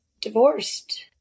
divorced